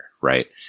right